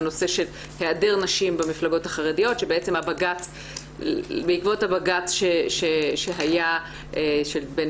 הנושא של היעדר נשים במפלגות החרדיות שבעצם בעקבות הבג"ץ שהיה של בן